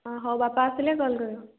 ହଁ ହଉ ବାପା ଆସିଲେ କଲ୍ କରିବ